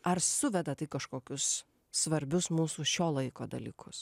ar suvedat į kažkokius svarbius mūsų šio laiko dalykus